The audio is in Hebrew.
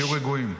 תהיו רגועים.